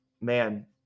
man